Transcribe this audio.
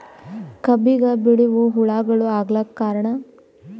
ಕಬ್ಬಿಗ ಬಿಳಿವು ಹುಳಾಗಳು ಆಗಲಕ್ಕ ಕಾರಣ?